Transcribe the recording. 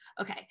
Okay